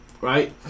right